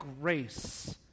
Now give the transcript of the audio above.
grace